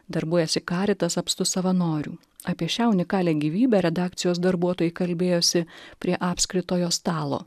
darbuojasi karitas apstu savanorių apie šią unikalią gyvybę redakcijos darbuotojai kalbėjosi prie apskritojo stalo